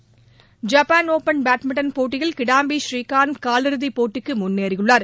ஐப்பாள் Open badminton போட்டியில் கிடாம்பி ஸ்ரீகாந்த் காலிறுதிப்போட்டிக்கு முன்னேறியுள்ளார்